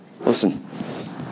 Listen